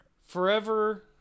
forever